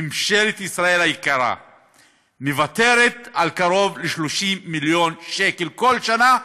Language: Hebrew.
ממשלת ישראל היקרה מוותרת על קרוב ל-30 מיליון שקל כל שנה,